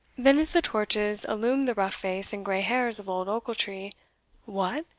then as the torches illumed the rough face and grey hairs of old ochiltree what!